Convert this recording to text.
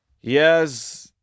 Yes